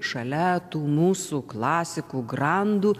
šalia tų mūsų klasikų grandų